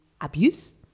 abuse